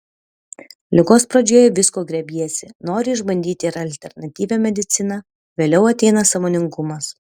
ligos pradžioje visko grėbiesi nori išbandyti ir alternatyvią mediciną vėliau ateina sąmoningumas